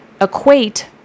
equate